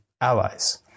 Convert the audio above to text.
allies